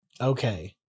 Okay